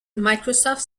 microsoft